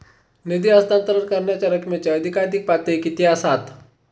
निधी हस्तांतरण करण्यांच्या रकमेची अधिकाधिक पातळी किती असात?